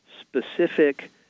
specific